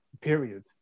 period